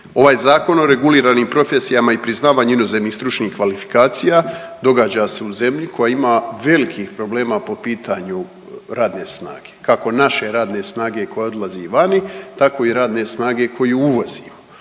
Ovaj Zakon o regulirani profesijama i priznavanju inozemnih stručnih kvalifikacija događa se u zemlji koja ima velikih problema po pitanju radne snage. Kako naše radne snage koja odlazi vani, tako i radne snage koju uvozimo.